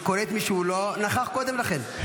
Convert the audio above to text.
הוא קורא בשם מי שלא נכח קודם לכן.